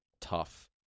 tough